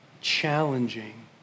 challenging